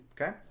Okay